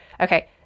Okay